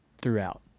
throughout